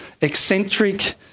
eccentric